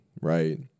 right